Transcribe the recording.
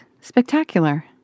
spectacular